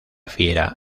fiera